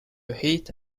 heat